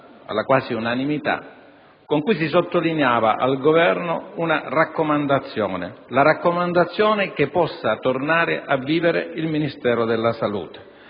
all'unanimità, in cui si sottolineava al Governo una raccomandazione, ossia che possa tornare a vivere il Ministero della salute;